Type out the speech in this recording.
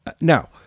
Now